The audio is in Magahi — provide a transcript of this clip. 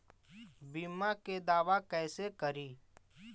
बीमा के दावा कैसे करी?